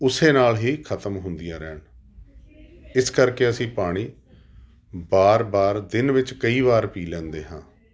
ਉਸ ਨਾਲ ਹੀ ਖਤਮ ਹੁੰਦੀਆਂ ਰਹਿਣ ਇਸ ਕਰਕੇ ਅਸੀਂ ਪਾਣੀ ਵਾਰ ਵਾਰ ਦਿਨ ਵਿੱਚ ਕਈ ਵਾਰ ਪੀ ਲੈਂਦੇ ਹਾਂ